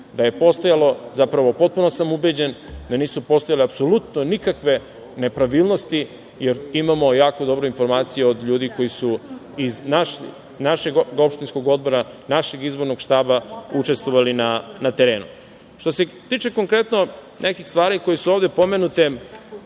da je postojalo, zapravo, potpuno sam ubeđen da nisu postojale apsolutno nikakve nepravilnosti, jer imamo jako dobru informaciju od ljudi iz našeg opštinskog odbora, našeg izbornog štaba koji su učestvovali na terenu. Što se tiče konkretno nekih stvari koje su ovde pomenute,